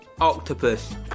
octopus